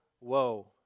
woe